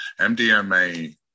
mdma